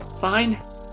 Fine